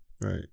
right